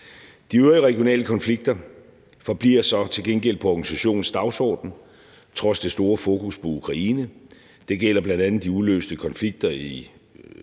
De øvrige regionale konflikter forbliver så til gengæld på organisationens dagsorden trods det store fokus på Ukraine. Det gælder bl.a. de uløste konflikter i